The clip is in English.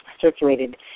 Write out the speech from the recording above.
circulated